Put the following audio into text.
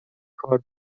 کار